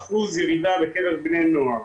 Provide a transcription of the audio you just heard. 45% ירידה בקרב בני נוער,